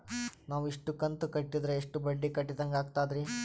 ನಾವು ಇಷ್ಟು ಕಂತು ಕಟ್ಟೀದ್ರ ಎಷ್ಟು ಬಡ್ಡೀ ಕಟ್ಟಿದಂಗಾಗ್ತದ್ರೀ?